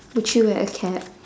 would you wear a cap